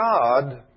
God